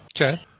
Okay